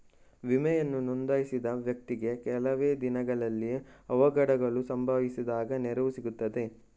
ವಿಮೆಯನ್ನು ನೋಂದಾಯಿಸಿದ ವ್ಯಕ್ತಿಗೆ ಕೆಲವೆ ದಿನಗಳಲ್ಲಿ ಅವಘಡಗಳು ಸಂಭವಿಸಿದಾಗ ನೆರವು ಸಿಗ್ತದ?